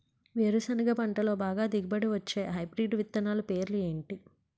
వేరుసెనగ పంటలో బాగా దిగుబడి వచ్చే హైబ్రిడ్ విత్తనాలు పేర్లు ఏంటి?